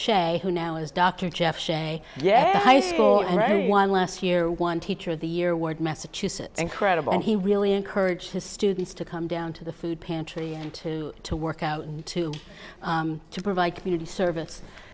shea who now is dr jeff shea yeah high school and one last year one teacher of the year award massachusetts incredible and he really encouraged his students to come down to the food pantry to to work out to to provide community service